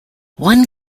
one